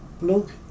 look